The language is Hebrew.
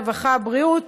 הרווחה והבריאות